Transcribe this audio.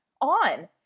on